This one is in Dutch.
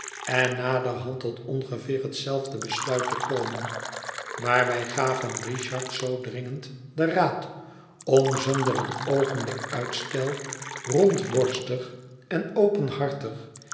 en naderhand tot ongeveer hetzelfde besluit te komen maar wij gaven richard zoo dringend den raad om zonder een oogenblik uitstel rondborstig en openhartig